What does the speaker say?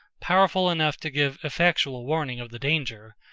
powerful enough to give effectual warning of the danger,